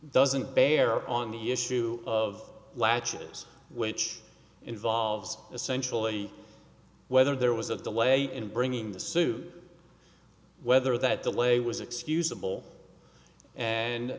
doesn't bear on the issue of latches which involves essentially whether there was a delay in bringing the suit whether that delay was excusable and